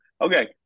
Okay